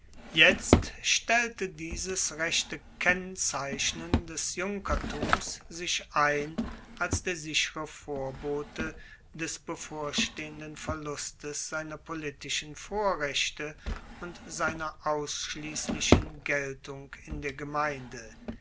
jetzt stellte dieses rechte kennzeichnen des junkertums sich ein als der sichere vorbote des bevorstehenden verlustes seiner politischen vorrechte und seiner ausschliesslichen geltung in der gemeinde